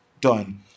done